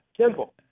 Simple